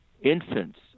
Infants